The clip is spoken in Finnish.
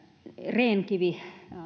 rehn kivi